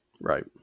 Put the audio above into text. right